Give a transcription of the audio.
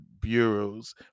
bureaus